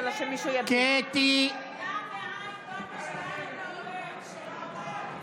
קטי, דע מאין באת ולאן אתה הולך,